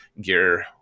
gear